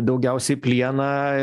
daugiausiai plieną